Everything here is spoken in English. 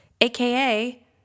aka